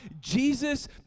Jesus